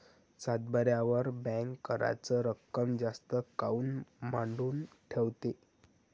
सातबाऱ्यावर बँक कराच रक्कम जास्त काऊन मांडून ठेवते?